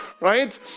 right